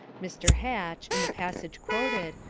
mr. hatch, in the passage quoted,